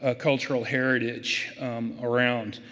ah cultural heritage around.